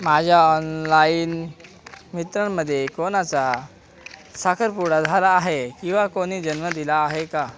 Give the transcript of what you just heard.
माझ्या ऑनलाईन मित्रांमध्ये कोणाचा साखरपुडा झाला आहे किंवा कोणी जन्म दिला आहे का